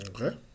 Okay